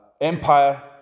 Empire